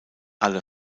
alle